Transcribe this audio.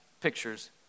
pictures